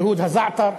ייהוד הזעתר.